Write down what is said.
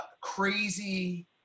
crazy